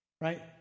right